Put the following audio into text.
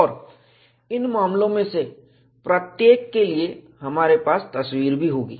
और इन मामलों में से प्रत्येक के लिए हमारे पास तस्वीर भी होंगी